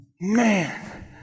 Man